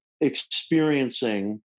experiencing